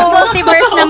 Multiverse